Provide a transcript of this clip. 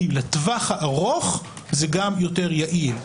כי לטווח הארוך זה גם יותר יעיל.